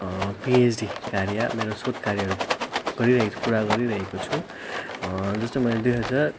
PhD कार्य मेरो शोध कार्यहरू गरिरहेको छु पुरा गरिरहेको छु जस्तै मैले दुई हजार